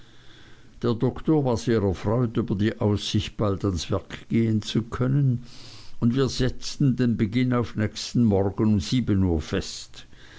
der doktor war sehr erfreut über die aussicht bald ans werk gehen zu können und wir setzten den beginn auf nächsten morgen sieben uhr fest